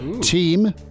team